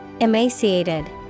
Emaciated